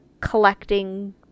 collecting